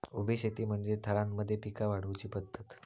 उभी शेती म्हणजे थरांमध्ये पिका वाढवुची पध्दत